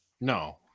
No